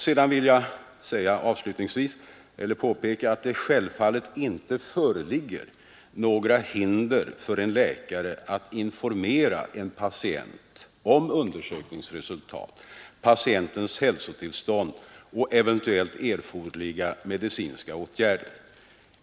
Sedan vill jag avslutningsvis påpeka att det självfallet inte föreligger några hinder för en läkare att informera en patient om undersökningsresultat, patientens hälsotillstånd och eventuellt erforderliga medicinska åtgärder.